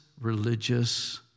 religious